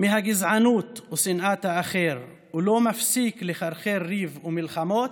מהגזענות ושנאת האחר ולא מפסיק לחרחר ריב ומלחמות,